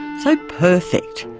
so perfect.